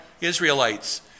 Israelites